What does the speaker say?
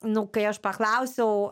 nu kai aš paklausiau